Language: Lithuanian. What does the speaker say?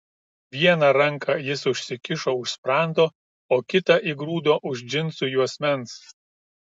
vieną ranką jis užsikišo už sprando o kitą įgrūdo už džinsų juosmens